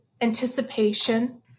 anticipation